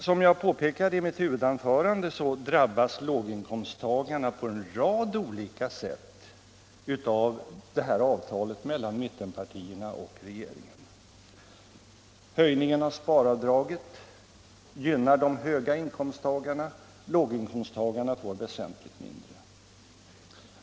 Som jag påpekade i mitt huvudanförande drabbas låginkomsttagarna på en rad olika sätt av avtalet mellan mittenpartierna och regeringen. Höjningen av sparavdraget gynnar de höga inkomsttagarna. Låginkomsttagarna får väsentligt mindre.